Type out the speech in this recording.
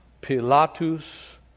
Pilatus